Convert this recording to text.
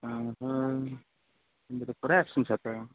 तिम्रो त पुरा एब्सेन्ट छ त